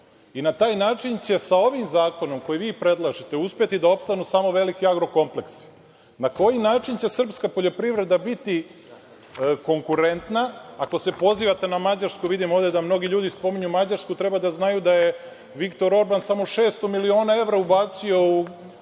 Na taj način će sa ovim zakonom koji vi predlažete uspeti da opstanu samo veliki agrokompleksi. Na koji način će srpska poljoprivreda biti konkurentna? Ako se pozivate na Mađarsku, vidim ovde da mnogi ljudi spominju Mađarsku, treba da znaju da je Viktor Orban samo 600 miliona evra ubacio u